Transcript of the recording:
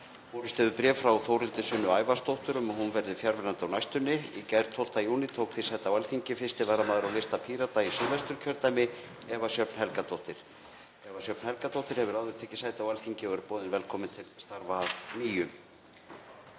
Borist hefur bréf frá Þórhildi Sunnu Ævarsdóttur um að hún verði fjarverandi á næstunni. Í gær, 12. júní, tók því sæti á Alþingi 1. varamaður á lista Pírata í Suðvesturkjördæmi, Eva Sjöfn Helgadóttir. Eva Sjöfn Helgadóttir hefur áður tekið sæti á Alþingi og er boðin velkomin til starfa að nýju.